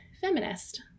feminist